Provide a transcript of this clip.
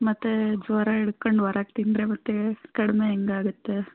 ಮತ್ತೆ ಜ್ವರ ಇಡ್ಕಂಡು ಹೊರಗ್ ತಿಂದರೆ ಮತ್ತೆ ಕಡಿಮೆ ಹೆಂಗ್ ಆಗುತ್ತೆ